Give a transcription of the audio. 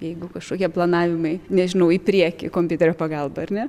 jeigu kažkokie planavimai nežinau į priekį kompiuterio pagalba ar ne